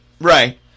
Right